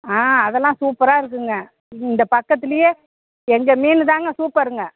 ஆ அதெல்லாம் சூப்பராக இருக்குங்க இந்த பக்கத்துலையே எங்கள் மீன் தாங்க சூப்பருங்க